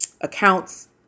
accounts